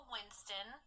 Winston